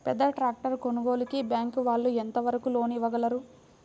పెద్ద ట్రాక్టర్ కొనుగోలుకి బ్యాంకు వాళ్ళు ఎంత వరకు లోన్ ఇవ్వగలరు?